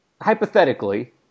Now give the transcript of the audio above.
hypothetically